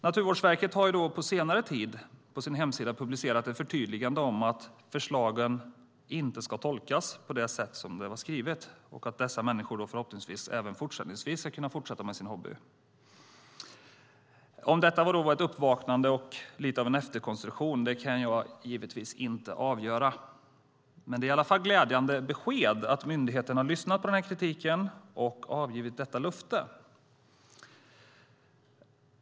Naturvårdsverket har på senare tid på sin hemsida publicerat ett förtydligande om att förslagen inte ska tolkas på det sätt som de var skrivna och att dessa människor förhoppningsvis även fortsättningsvis ska kunna fortsätta med sin hobby. Om detta var ett uppvaknande och ett lite av en efterkonstruktion kan jag givetvis inte avgöra. Men det är i alla fall glädjande besked att myndigheterna har lyssnat på denna kritik och har avgett detta löfte.